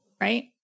right